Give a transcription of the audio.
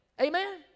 Amen